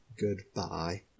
goodbye